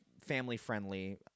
family-friendly